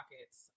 pockets